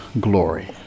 glory